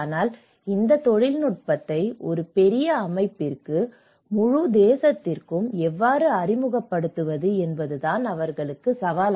ஆனால் இந்த தொழில்நுட்பத்தை ஒரு பெரிய அமைப்பிற்கு முழு தேசத்திற்கும் எவ்வாறு அறிமுகப்படுத்துவது என்பதுதான் சவால்